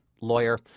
lawyer